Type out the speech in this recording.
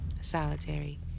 solitary